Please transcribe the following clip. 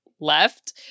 left